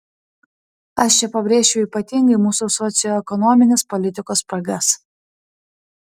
aš čia pabrėžčiau ypatingai mūsų socioekonominės politikos spragas